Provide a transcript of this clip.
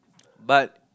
but